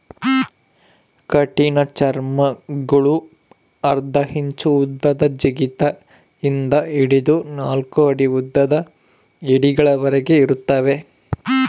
ಕಠಿಣಚರ್ಮಿಗುಳು ಅರ್ಧ ಇಂಚು ಉದ್ದದ ಜಿಗಿತ ಇಂದ ಹಿಡಿದು ನಾಲ್ಕು ಅಡಿ ಉದ್ದದ ಏಡಿಗಳವರೆಗೆ ಇರುತ್ತವೆ